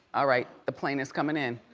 ah right, the plaintiff's coming in,